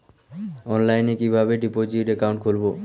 অনলাইনে কিভাবে deposit account খুলবো?